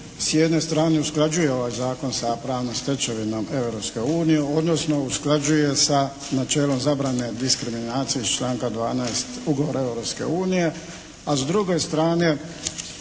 s jedne strane usklađuje ovaj zakon sa pravnom stečevinom Europske unije odnosno usklađuje sa načelom zabrane diskriminacije iz članka 12. ugovora Europske